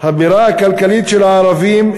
הבירה הכלכלית של הערבים,